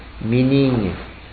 meaning